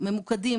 ממוקדים,